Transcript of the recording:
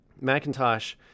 Macintosh